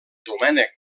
domènec